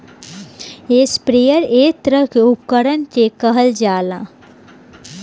sprayer एक तरह के उपकरण के कहल जाला